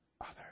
others